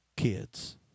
kids